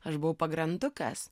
aš buvau pagrandukas